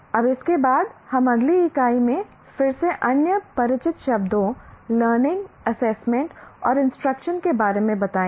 अब इसके बाद हम अगली इकाई में फिर से अन्य परिचित शब्दों लर्निंग" "एसेसमेंट" और "इंस्ट्रक्शन" के बारे में बताएंगे